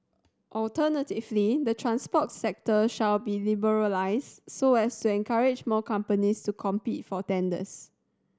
alternatively the transport sector shall be liberalised so as encourage more companies to compete for tenders